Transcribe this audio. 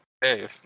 Hey